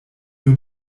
nur